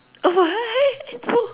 oh what